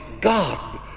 God